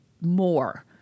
more